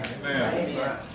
Amen